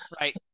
Right